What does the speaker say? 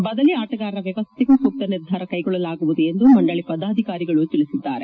ಬದಲಿ ಆಟಗಾರರ ವ್ಯವಸ್ಥೆಗೂ ಸೂಕ್ತ ನಿರ್ಧಾರ ಕೈಗೊಳ್ಳಲಾಗುವುದು ಎಂದು ಮಂಡಳಿಯ ಪದಾಧಿಕಾರಿಗಳು ತಿಳಿಸಿದ್ದಾರೆ